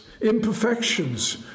imperfections